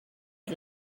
had